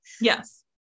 Yes